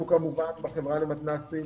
אנחנו בחברה למתנ"סים